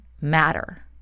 matter